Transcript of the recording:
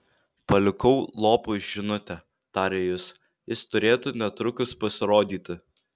palikau lopui žinutę tarė jis jis turėtų netrukus pasirodyti